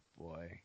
boy